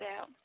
out